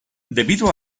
debido